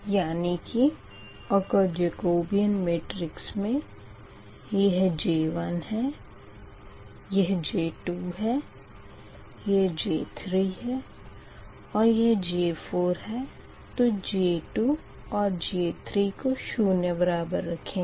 यानी कि अगर जकोबीयन मेट्रिक्स मे यह J1 है यह J2 है यह J3 है और यह J4 है तो J2 और J3 को शून्य बराबर रखेंगे